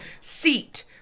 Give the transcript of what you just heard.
seat